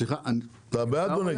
אתה בעד או נגד?